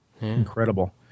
incredible